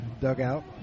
dugout